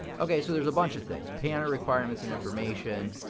okay, so there's a bunch of things, piano requirements and information,